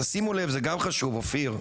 תשימו לב זה גם חשוב אופיר,